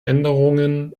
änderungen